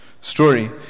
story